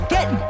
Get